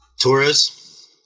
Torres